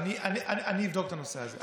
אני אבדוק את הנושא הזה.